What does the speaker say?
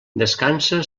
descansa